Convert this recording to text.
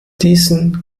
diesen